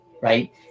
Right